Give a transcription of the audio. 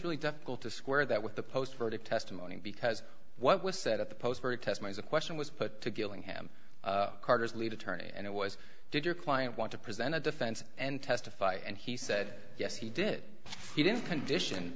really difficult to square that with the post verdict testimony because what was said at the post very test my question was put to gillingham carter's lead attorney and it was did your client want to present a defense and testify and he said yes he did he didn't condition